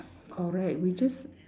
correct we just